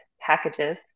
packages